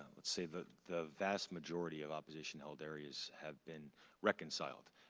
let's say the the vast majority of opposition-held areas have been reconciled,